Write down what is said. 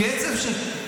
הכסף,